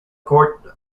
court